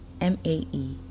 M-A-E